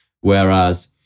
Whereas